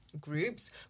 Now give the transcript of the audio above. groups